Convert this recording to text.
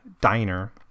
diner